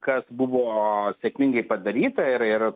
kas buvo sėkmingai padaryta ir ir